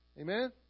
Amen